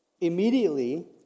immediately